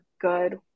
good